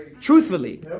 truthfully